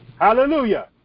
Hallelujah